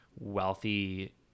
wealthy